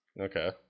Okay